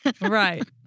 Right